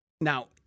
Now